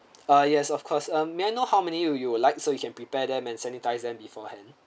ah yes of course uh may I know how many you you will like so we can prepare them and sanitize them beforehand